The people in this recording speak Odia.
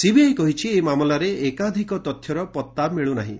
ସିବିଆଇ କହିଛି ଏହି ମାମଲାରେ ଅନେକ ଗୁଡ଼ିଏ ତଥ୍ୟର ପତ୍ତା ମିଳୁନାହିଁ